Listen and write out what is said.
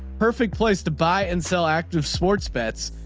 perfect place to buy and sell active sports bets.